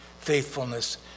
faithfulness